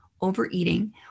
overeating